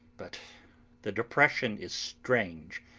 but the depression is strange.